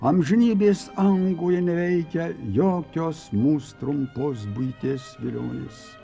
amžinybės angoje neveikia jokios mūs trumpos buities vilionės